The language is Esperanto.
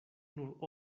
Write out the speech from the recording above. nur